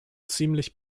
ziemlich